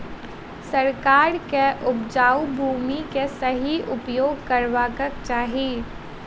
सरकार के उपजाऊ भूमि के सही उपयोग करवाक चाही